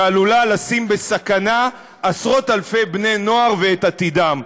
שעלולה לשים בסכנה עשרות-אלפי בני-נוער ואת עתידם.